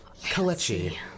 Kalechi